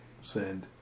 Send